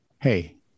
hey